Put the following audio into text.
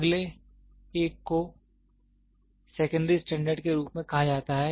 अगले एक को सेकेंड्री स्टैंडर्ड के रूप में कहा जाता है